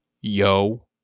yo